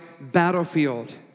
battlefield